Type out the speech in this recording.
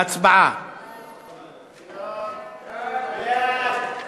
ההצעה להעביר את הצעת חוק קליטת חיילים